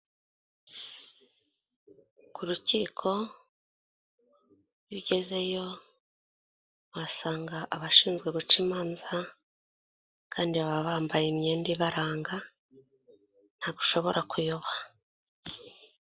Ku rukiko iyo ugezeyo uhasanga abashinzwe guca imanza kandi baba bambaye imyenda ibaranga ntabwo ushobora kuyoba.